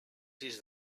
sis